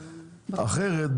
אחרת,